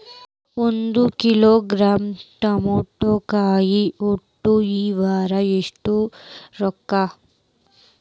ಒಂದ್ ಕಿಲೋಗ್ರಾಂ ತಮಾಟಿಕಾಯಿ ಒಟ್ಟ ಈ ವಾರ ಎಷ್ಟ ರೊಕ್ಕಾ?